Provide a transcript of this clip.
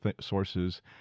sources